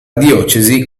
diocesi